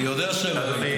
אני יודע שלא היית.